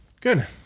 good